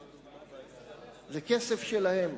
זה כסף שלהם.